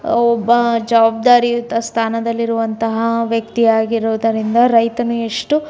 ಒಬ್ಬ ಜವಾಬ್ದಾರಿಯುತ ಸ್ಥಾನದಲ್ಲಿರುವಂತಹ ವ್ಯಕ್ತಿಯಾಗಿರುವುದರಿಂದ ರೈತನು ಎಷ್ಟು